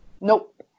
Nope